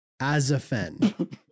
Azafen